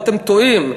אתם טועים.